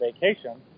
vacation